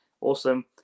awesome